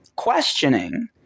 questioning